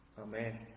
Amen